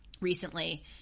recently